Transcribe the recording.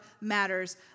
matters